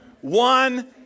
one